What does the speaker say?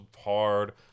hard